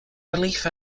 relief